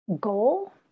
goal